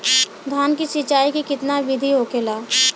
धान की सिंचाई की कितना बिदी होखेला?